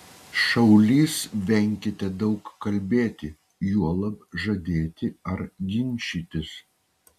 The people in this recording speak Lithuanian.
šaulys venkite daug kalbėti juolab žadėti ar ginčytis